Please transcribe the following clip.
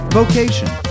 vocation